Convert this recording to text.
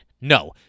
No